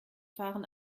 fahren